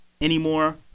anymore